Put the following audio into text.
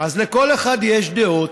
אז לכל אחד יש דעות,